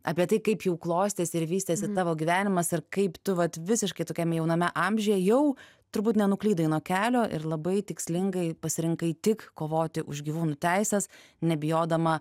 apie tai kaip jau klostėsi ir vystėsi tavo gyvenimas ir kaip tu vat visiškai tokiam jauname amžiuje jau turbūt nenuklydai nuo kelio ir labai tikslingai pasirinkai tik kovoti už gyvūnų teises nebijodama